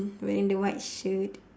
wearing the white shirt